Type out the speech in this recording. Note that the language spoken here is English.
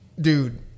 Dude